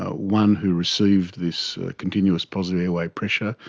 ah one who received this continuous positive airway pressure,